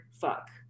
fuck